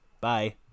Bye